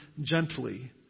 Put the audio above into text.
gently